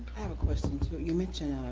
i have a question, too. you mentioned